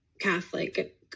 Catholic